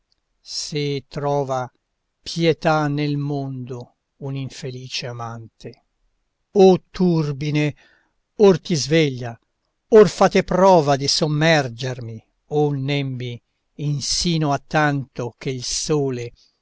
se trova pietà nel mondo un infelice amante o turbine or ti sveglia or fate prova di sommergermi o nembi insino a tanto che il sole